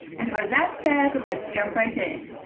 and with that said let's jump right in.